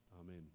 Amen